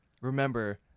remember